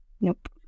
nope